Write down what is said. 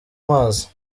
mazi